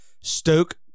Stoke